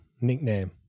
nickname